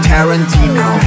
Tarantino